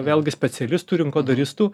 vėlgi specialistų rinkodaristų